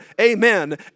Amen